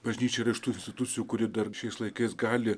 bažnyčia yra iš tų institucijų kuri dar šiais laikais gali